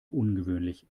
ungewöhnlich